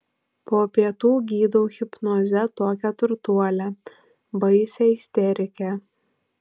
po pietų gydau hipnoze tokią turtuolę baisią isterikę